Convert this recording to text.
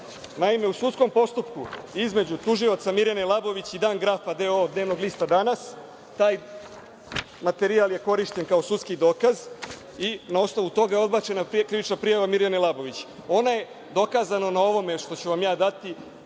Naime, u sudskom postupku, između tužioca Mirjane Labović i „Dan Grafa“ d.o.o. dnevnog lista „Danas“, taj materijal je korišćen kao sudski dokaz i na osnovu toga je odbačena krivična prijava Mirjane Labović. Ona je, dokazano na ovome što ću vam ja dati,